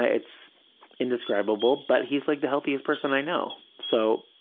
it's indescribable, but he's like the healthiest person i know. so,